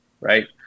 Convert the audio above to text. right